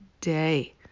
day